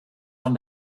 von